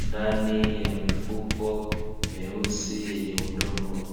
ndani ya mifuko meusi yenye udongo.